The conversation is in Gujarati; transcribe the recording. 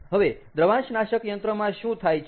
હવે દ્રવાંશનાશક યંત્રમાં શું થાય છે